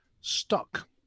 stuck